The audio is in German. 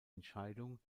entscheidung